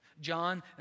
John